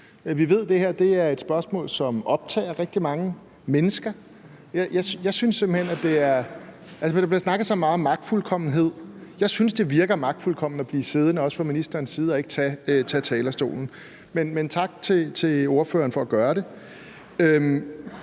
vi ved, det her er et spørgsmål, som optager rigtig mange mennesker. Der bliver snakket så meget om magtfuldkommenhed, og jeg synes, det virker magtfuldkomment at blive siddende, også fra ministerens side, og ikke gå på talerstolen. Men tak til ordføreren for at gøre det.